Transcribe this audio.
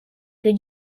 que